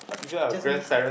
just miss